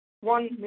one